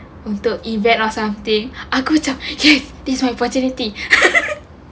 untuk event or something aku macam yes this is my opportunity